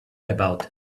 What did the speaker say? about